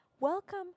welcome